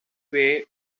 way